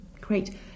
Great